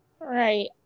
Right